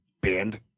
band